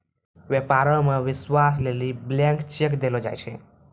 व्यापारो मे विश्वास लेली ब्लैंक चेक देलो जाय छै